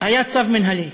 היה צו מינהלי.